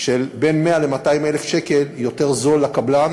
של בין 100,000 ל-200,000 שקלים יותר זול לקבלן,